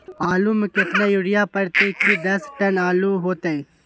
आलु म केतना यूरिया परतई की दस टन आलु होतई?